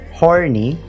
horny